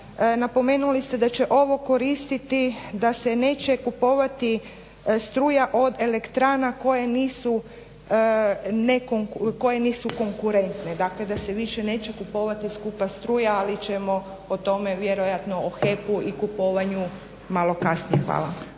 Napomenuli ste da će ovo koristiti, da se neće kupovati struja od elektrana koje nisu konkurentne, dakle da se više neće kupovati skupa struja ali ćemo o tome vjerojatno o HEP-u i kupovanju malo kasnije. Hvala.